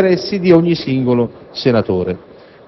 la volontà e gli interessi di ogni singolo senatore.